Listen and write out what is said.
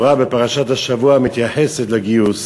בפרשת השבוע התורה מתייחסת לגיוס